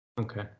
okay